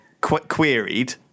queried